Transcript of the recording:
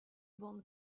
bandes